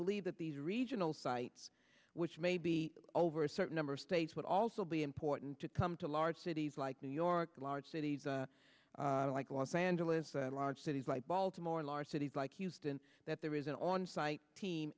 believe that these regional sites which may be over a certain number of states would also be important to come to large cities like new york the large cities like los angeles large cities like baltimore large cities like houston that there is an on site team